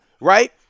Right